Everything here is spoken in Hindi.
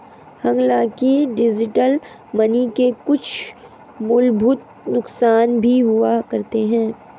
हांलाकि डिजिटल मनी के कुछ मूलभूत नुकसान भी हुआ करते हैं